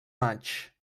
maig